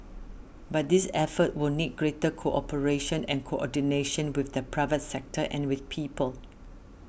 but this effort will need greater cooperation and coordination with the private sector and with people